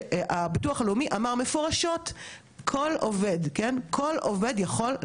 כל עובד יכול לעבוד ואפשר לקבל עבורו גמלה,